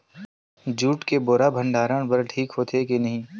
Jute के बोरा भंडारण बर ठीक होथे के नहीं?